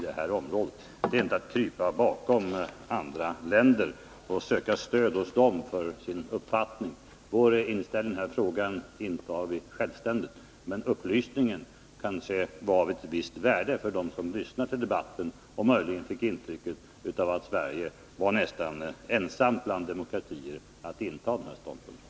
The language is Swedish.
Detta är inte att krypa bakom andra länder och söka stöd hos dem för sin uppfattning — vår inställning i den här frågan intar vi självständigt. Men upplysningen kanske var av visst värde för dem som lyssnade på debatten och möjligen kan få intrycket att Sverige var nästan ensamt bland demokratier att inta den här ståndpunkten.